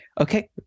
Okay